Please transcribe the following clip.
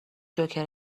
جوکر